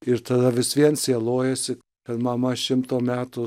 ir tada vis vien sielojasi kad mama šimto metų